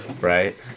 Right